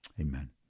Amen